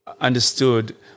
understood